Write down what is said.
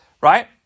right